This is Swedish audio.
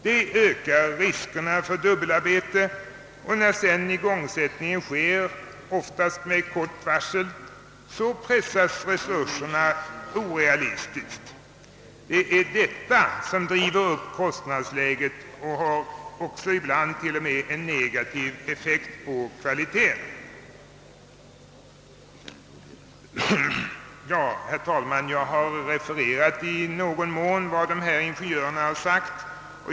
Det ökar riskerna för dubbelarbete, och när sedan igångsättningen sker, oftast med kort varsel, pressas resurserna orealistiskt. Det är detta som driver upp kostnadsläget och som ibland också t.o.m. har en negativ effekt på kvaliteten. Herr talman! Jag har i någon mån refererat vad dessa ingenjörer sagt.